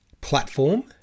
platform